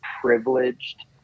privileged